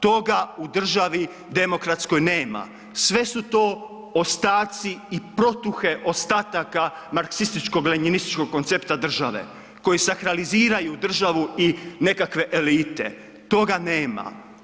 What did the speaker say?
Toga u državi demokratskoj nema, sve su to ostaci i protuhe ostataka marksističko lenjinističkog koncepta države koji sakraliziraju državu i nekakve elite, toga nema.